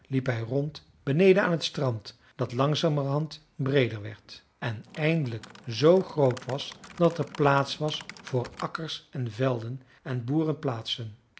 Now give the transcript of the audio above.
hij rond beneden aan t strand dat langzamerhand breeder werd en eindelijk zoo groot was dat er plaats was voor akkers en velden en